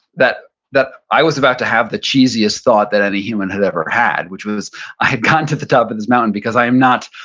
that that i was about to have the cheesiest thought that at any human had ever had, which was i had come to the top of this mountain because i am not